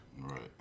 Right